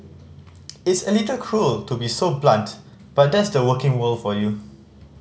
it's a little cruel to be so blunt but that's the working world for you